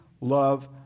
love